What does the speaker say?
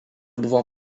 buvo